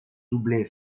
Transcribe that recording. doublé